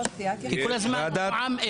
כל הזמן נעם אפס.